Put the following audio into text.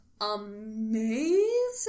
Amazing